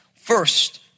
first